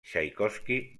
txaikovski